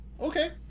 okay